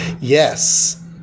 yes